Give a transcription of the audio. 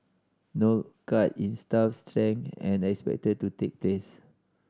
no cut in staff strength are expected to take place